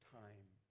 time